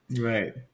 Right